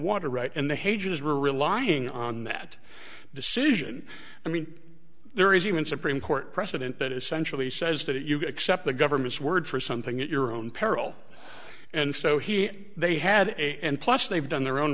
water right and the hage is were relying on that decision i mean there is even supreme court precedent that essentially says that you accept the government's word for something in your own peril and so he they had and plus they've done their own